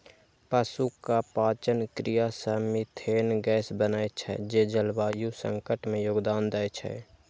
पशुक पाचन क्रिया सं मिथेन गैस बनै छै, जे जलवायु संकट मे योगदान दै छै